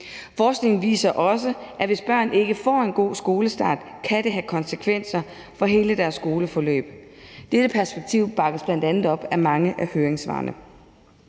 Forskningen viser også, at hvis børn ikke får en god skolestart, kan det have konsekvenser for hele deres skoleforløb. Dette perspektiv bakkes bl.a. op af mange af høringssvarene.